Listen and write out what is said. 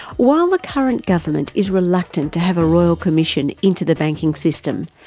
while the current government is reluctant to have a royal commission into the banking system,